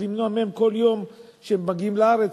ולמנוע מהם כל יום שהם מגיעים לארץ,